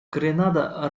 гренада